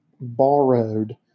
borrowed